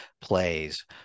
plays